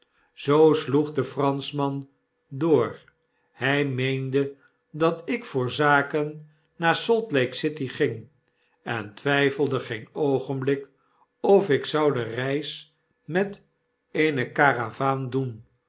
zoo sloeg de franschman door hq meende dat ik voor zaken naar salt-lake-city ging en twyfelde geen oogenblik of ik zou de reis met eene karavaan doen